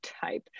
type